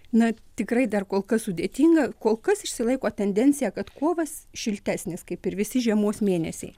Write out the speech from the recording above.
na tikrai dar kol kas sudėtinga kol kas išsilaiko tendencija kad kovas šiltesnis kaip ir visi žiemos mėnesiai